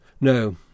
No